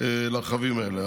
לרכבים האלה.